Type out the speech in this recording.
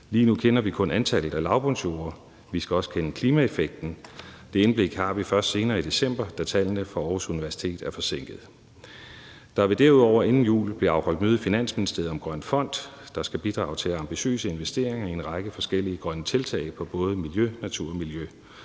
Lige nu kender vi kun antallet af lavbundsjorder – vi skal også kende klimaeffekten. Det indblik har vi først senere i december, da tallene fra Aarhus Universitet er forsinket. Der vil derudover inden jul blive afholdt møde i Finansministeriet om Grøn Fond, der skal bidrage til ambitiøse investeringer i en række forskellige grønne tiltag på både miljø- og naturområdet.